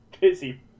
busy